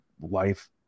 life